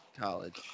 College